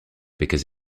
because